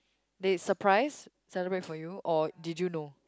they surprise celebrate for you or did you know